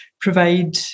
provide